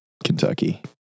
Kentucky